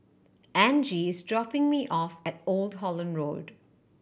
Angie is dropping me off at Old Holland Road